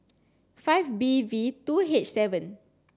five B V two H seven